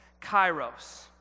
Kairos